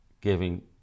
giving